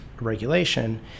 regulation